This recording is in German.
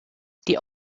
die